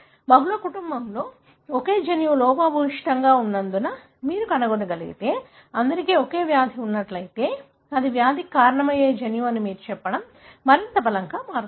బహుళ కుటుంబాలలో ఒకే జన్యువు లోపభూయిష్టంగా ఉన్నట్లు మీరు కనుగొనగలిగితే అందరికీ ఒకే వ్యాధి ఉన్నట్లయితే ఇది వ్యాధికి కారణమయ్యే జన్యువు అని మీరు చెప్పడం మరింత బలంగా మారుతుంది